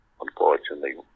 Unfortunately